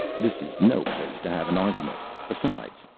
this is no place to have an argument. besides,